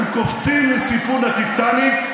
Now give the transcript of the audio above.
הם קופצים לסיפון הטיטניק,